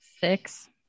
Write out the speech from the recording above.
Six